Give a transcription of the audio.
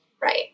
Right